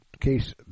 Case